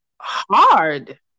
hard